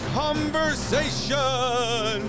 conversation